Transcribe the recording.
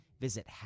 Visit